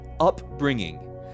upbringing